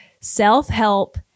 self-help